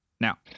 now